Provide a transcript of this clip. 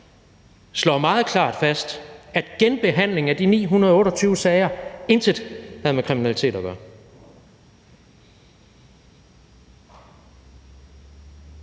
slår meget klart fast, altså at genbehandlingen af de 928 sager intet havde med kriminalitet at gøre.